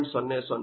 ಅದು 0